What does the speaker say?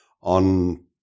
on